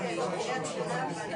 דברים מאוד קשים,